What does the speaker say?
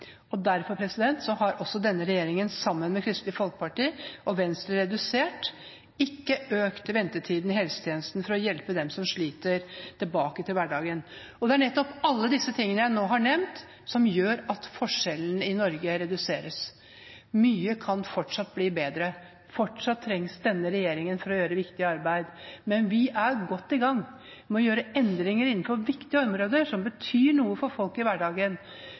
igjen. Derfor har denne regjeringen sammen med Kristelig Folkeparti og Venstre redusert, ikke økt, ventetiden i helsetjenesten for å hjelpe dem som sliter, tilbake til hverdagen. Det er nettopp alle disse tingene jeg nå har nevnt, som gjør at forskjellene i Norge reduseres. Mye kan fortsatt bli bedre. Fortsatt trengs denne regjeringen for å gjøre viktig arbeid, men vi er godt i gang med å gjøre endringer innenfor viktige områder som betyr noe for folk i hverdagen.